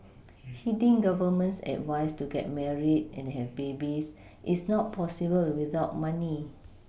heeding government's advice to get married and have babies is not possible without money